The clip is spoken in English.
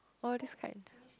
oh that's kind